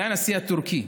זה הנשיא הטורקי,